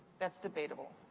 that's debatable.